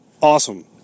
awesome